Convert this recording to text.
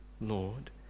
Lord